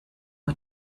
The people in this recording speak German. nur